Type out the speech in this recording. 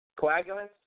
coagulants